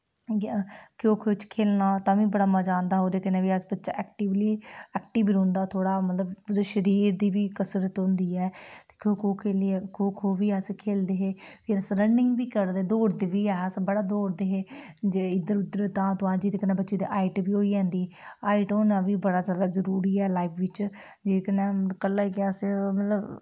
खो खो च खेढना तां बी बड़ा मजा औंदा हा ओह्दे कन्नै बी अस बच्चा एक्टीवली एक्टिव रौंह्दा थोह्ड़ा मतलब ओह्दे शरीर दी बी कसरत होंदी ऐ ते खो खो खेढियै खो खो बी अस खेढदे हे फ्ही अस रनिंग बी करदे दौड़दे बी ऐ अस बड़ा दौड़दे हे जे इद्धर उद्धर तांह् तुआंह् जेह्दे कन्नै बच्चे दी हाइट बी होई जंदी हाइट होना बी बड़ा जैदा जरुरी ऐ लाइफ बिच जेह्दे कन्नै कल्लै गी अस मतलब